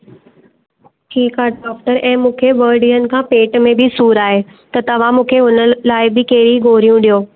ठीकु आहे डॉक्टर ऐं मूंखे ॿ ॾींहंनि खां पेट में बि सूरु आहे त तव्हां मूंखे हुन लाइ बि कहिड़ी गोरियूं ॾियो